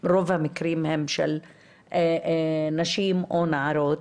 המקרים הם של נשים או נערות.